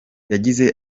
yagize